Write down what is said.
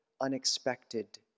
unexpected